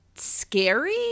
Scary